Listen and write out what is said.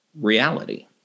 reality